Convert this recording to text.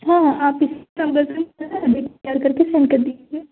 हाँ हाँ आप इसी नंबर पे सेयर करके सेंड कर दीजिए